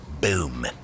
Boom